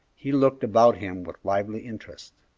he looked about him with lively interest.